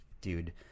dude